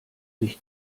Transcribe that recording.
nicht